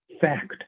fact